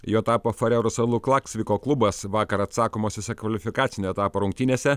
juo tapo farerų salų klaksviko klubas vakar atsakomosiose kvalifikacinio etapo rungtynėse